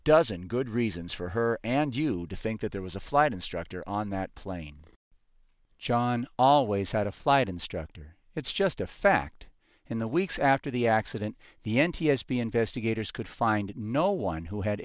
dozen good reasons for her and you to think that there was a flight instructor on that plane john always had a flight instructor it's just a fact in the weeks after the accident the n t s b investigators could find no one who had